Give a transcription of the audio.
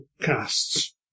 casts